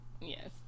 Yes